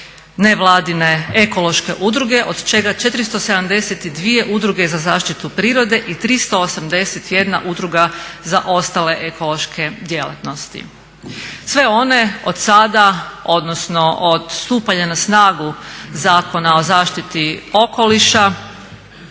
nevladine ekološke udruge od čega 472 udruge za zaštitu prirode i 381 udruga za ostale ekološke djelatnosti. Sve one od sada odnosno od stupanja na snagu Zakona o zaštiti okoliša